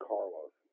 Carlos